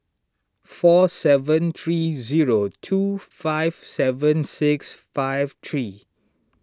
four seven three zero two five seven six five three